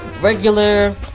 regular